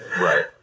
Right